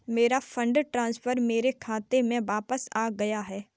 मेरा fund transfer मेरे खाते में वापस आ गया है